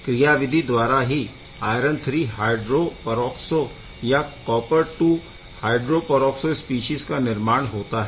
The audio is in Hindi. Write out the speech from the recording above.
इस क्रियाविधि द्वारा ही आयरन III हाइड्रो परऑक्सो या copper II hydroperoxo species का निर्माण होता है